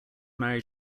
married